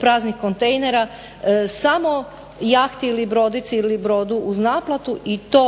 praznih kontejnera, samo jahti ili brodici ili brodu uz naplatu i to